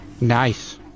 Nice